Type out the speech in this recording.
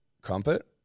Crumpet